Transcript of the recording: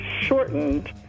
shortened